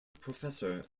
professor